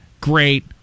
Great